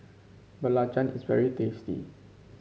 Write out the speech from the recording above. belacan is very tasty